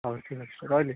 ହଉ ଠିକ୍ଅଛି ରହିଲି